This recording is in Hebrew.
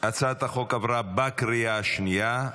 הצעת החוק עברה בקריאה השנייה.